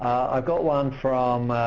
i've got one from